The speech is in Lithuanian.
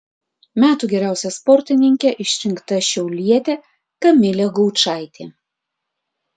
metų geriausia sportininke išrinkta šiaulietė kamilė gaučaitė